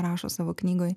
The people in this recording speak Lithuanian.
rašo savo knygoj